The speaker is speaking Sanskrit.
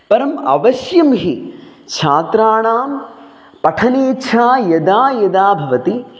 परम् अवश्यं हि छात्राणां पठनेच्छा यदा यदा भवति